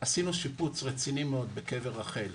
עשינו שיפוץ רציני מאוד בקבר רחל,